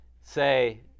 say